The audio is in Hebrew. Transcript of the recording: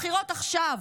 "בחירות עכשיו"